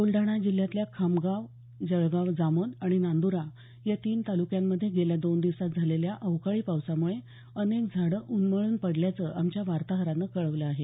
बुलढाणा जिल्ह्यातल्या खामगाव जळगाव जामोद आणि नांद्रा या तीन तालुक्यांमध्ये गेल्या दोन दिवसांत झालेल्या अवकाळी पावसामुळे अनेक झाडं उन्मळून पडल्याचं आमच्या वार्ताहरानं कळवलं आहे